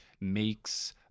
makes